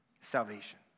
Salvation